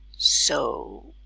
so